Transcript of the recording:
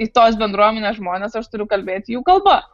į tos bendruomenės žmones aš turiu kalbėti jų kalba